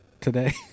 today